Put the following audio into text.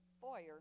foyer